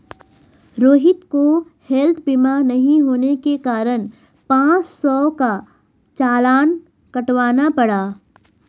रोहित को हैल्थ बीमा नहीं होने के कारण पाँच सौ का चालान कटवाना पड़ा